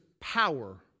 power